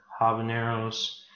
habaneros